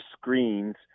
screens